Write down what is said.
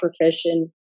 profession